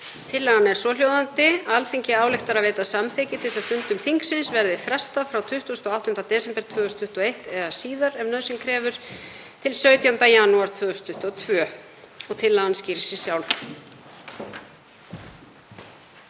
Tillagan er svohljóðandi: „Alþingi ályktar að veita samþykki til þess að fundum þingsins verði frestað frá 28. desember 2021 eða síðar, ef nauðsyn krefur, til 17. janúar 2022.“ Tillagan skýrir sig sjálf.